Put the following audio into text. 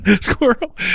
squirrel